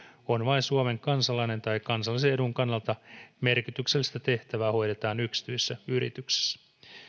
on vain suomen kansalainen tai kansallisen edun kannalta merkityksellistä tehtävää hoidetaan yksityisessä yrityksessä